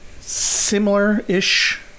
Similar-ish